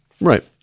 right